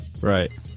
Right